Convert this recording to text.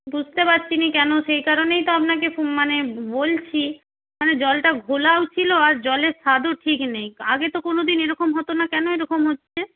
বুঝতে পারছিনি কেন সেই কারণেই তো আপনাকে মানে বলছি মানে জলটা ঘোলাও ছিলো আর জলের স্বাদও ঠিক নেই আগে তো কোনো দিন এরকম হতো না কেন এরকম হচ্ছে